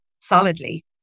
solidly